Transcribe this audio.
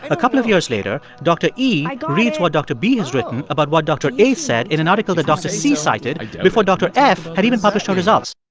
a couple of years later, dr. e like reads what dr. b has written about what dr. a said in an article that dr. c cited before dr. f had even published her results